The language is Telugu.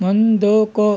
ముందుకు